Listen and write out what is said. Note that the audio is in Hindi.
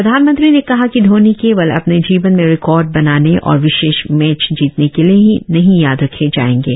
प्रधानमंत्री ने कहा कि धोनी केवल अपने जीवन में रिकॉर्ड बनाने और विशेष मैच जीतने के लिए ही नहीं याद रखे जाएंगे